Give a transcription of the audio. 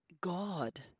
god